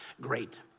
great